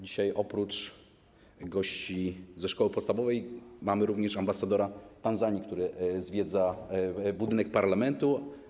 Dzisiaj oprócz gości ze szkoły podstawowej mamy, gościmy również ambasadora Tanzanii, który zwiedza budynek parlamentu.